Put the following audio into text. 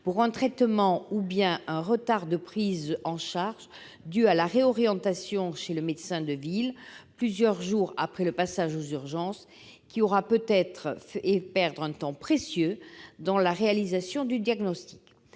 pour un traitement ou bien d'un retard de prise en charge dû à la réorientation chez un médecin de ville plusieurs jours après le passage aux urgences, qui aura peut-être fait perdre un temps précieux dans la réalisation du diagnostic